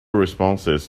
responses